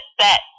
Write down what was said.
set